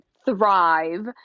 Thrive